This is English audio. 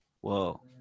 Whoa